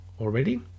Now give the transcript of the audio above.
already